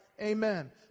Amen